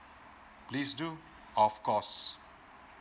please do of course